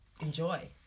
enjoy